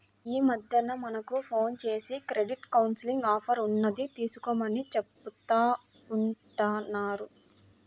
యీ మద్దెన మనకు ఫోన్ జేసి క్రెడిట్ కౌన్సిలింగ్ ఆఫర్ ఉన్నది తీసుకోమని చెబుతా ఉంటన్నారు